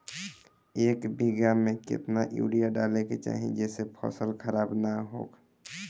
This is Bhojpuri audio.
एक बीघा में केतना यूरिया डाले के चाहि जेसे फसल खराब ना होख?